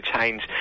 change